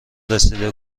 رسیده